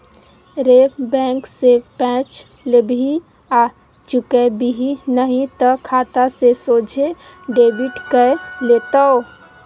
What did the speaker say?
रे बैंक सँ पैंच लेबिही आ चुकेबिही नहि तए खाता सँ सोझे डेबिट कए लेतौ